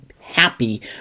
happy